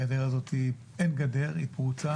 הגדר הזאת היא אין גדר, היא פרוצה.